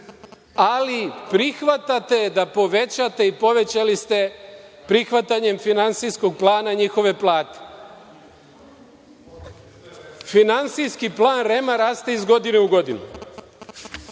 ali prihvatate da povećate i povećali ste prihvatanjem finansijskog plana njihove plate. Finansijski plan REM-a raste iz godine u godinu.